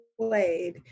played